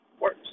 works